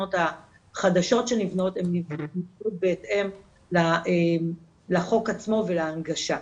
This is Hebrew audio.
התחנות החדשות שנבנות הן נבנות בהתאם לחוק עצמו ולהנגשה,